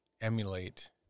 emulate